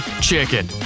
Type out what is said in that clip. chicken